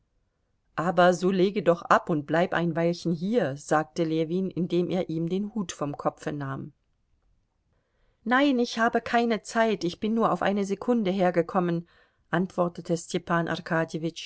aber so lege doch ab und bleib ein weilchen hier sagte ljewin indem er ihm den hut vom kopfe nahm nein ich habe keine zeit ich bin nur auf eine sekunde hergekommen antwortete stepan